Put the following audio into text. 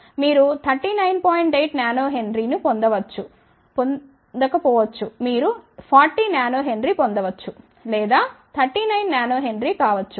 8 nH ను పొందకపోవచ్చు మీరు 40 nH పొందవచ్చ లేదా 39 nH కావచ్చు